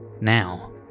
Now